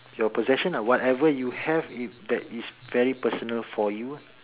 ya your possessions lah whatever you have you that is very personal for you lah